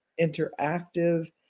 interactive